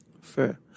Fair